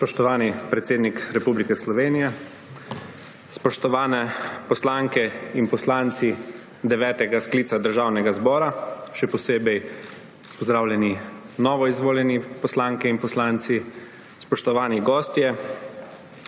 Spoštovani predsednik Republike Slovenije, spoštovani poslanke in poslanci devetega sklica Državnega zbora, še posebej pozdravljeni novoizvoljeni poslanke in poslanci, spoštovani gostje!